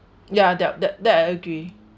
ya they're that that that I agree